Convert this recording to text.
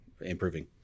improving